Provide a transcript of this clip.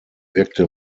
wirkte